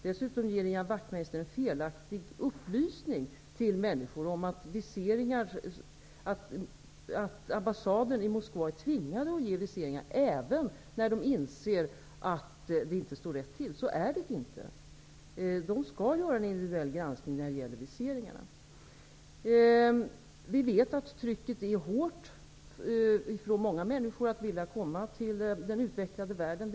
Dessutom ger Ian Wachtmeister en felaktig upplysning till människor om att ambassaden i Moskva är tvingad att ge viseringar även när man inser att det inte står rätt till. Så är det inte. De skall göra en individuell granskning när det gäller viseringar. Vi vet att trycket är hårt. Många människor vill komma till den utvecklade världen.